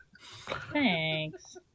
Thanks